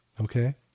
okay